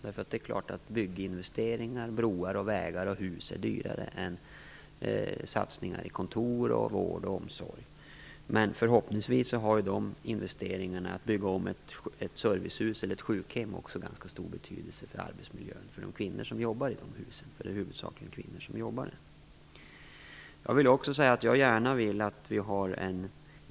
Det är ju klart att bygginvesteringar, broar, vägar och hus är dyrare än satsningar på kontorssektorn, vård och omsorg. Men förhoppningsvis har en sådan investering som att bygga om ett servicehus eller ett sjukhem också ganska stor betydelse för arbetsmiljön för de kvinnor som jobbar i de här husen. Det är ju huvudsakligen kvinnor som jobbar där.